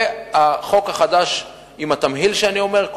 והחוק החדש עם התמהיל שאני אומר,